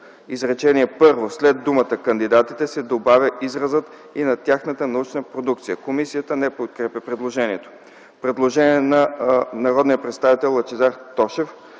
изречение първо, след думата "кандидатите" се добавя изразът "и на тяхната научна продукция".” Комисията не подкрепя предложението.